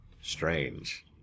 Strange